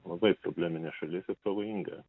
labai probleminė šalis ir pavojinga